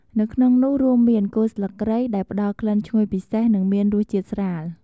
នៅក្នុងនោះរួមមាន គល់ស្លឹកគ្រៃ ដែលផ្តល់ក្លិនឈ្ងុយពិសេស និងមានរសជាតិស្រាល។